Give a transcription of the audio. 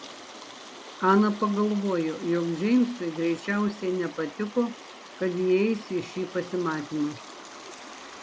ana pagalvojo jog džeimsui greičiausiai nepatiko kad ji eis į šį pasimatymą